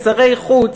שרי חוץ,